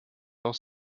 auch